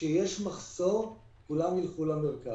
כשיש מחסור כולם ילכו למרכז.